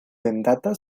vendata